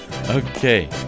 Okay